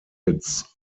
its